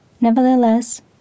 Nevertheless